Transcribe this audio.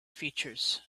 features